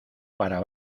para